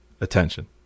attention